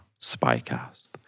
SpyCast